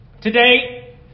Today